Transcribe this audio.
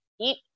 eat